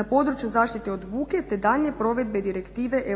na području zaštite od buke te daljnjoj provedbi direktive